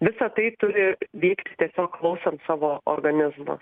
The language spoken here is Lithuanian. visa tai turi vykti tiesiog klausant savo organizmo